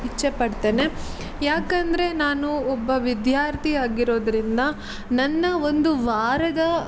ಇಚ್ಛೆಪಡ್ತೇನೆ ಯಾಕೆಂದ್ರೆ ನಾನು ಒಬ್ಬ ವಿದ್ಯಾರ್ಥಿ ಆಗಿರೋದರಿಂದ ನನ್ನ ಒಂದು ವಾರದ